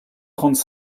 trente